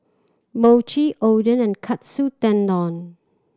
Mochi Oden and Katsu Tendon